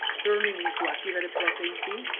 turning into activated protein c.